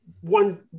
one